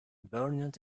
bernard